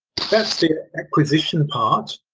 the acquisition part.